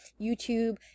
YouTube